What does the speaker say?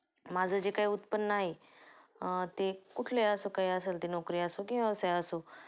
माझं जे काय उत्पन्न आहे ते कुठलंही असो काही असेल ते नोकरी असो किंवा व्यवसाय असो